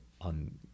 on